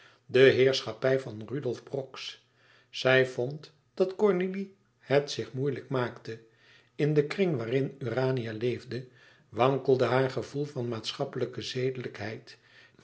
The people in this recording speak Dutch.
de heerschappij van rudolf brox zij vond dat cornélie het zich moeilijk maakte in den kring waarin urania leefde wankelde haar gevoel van maatschappelijke zedelijkheid